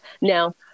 now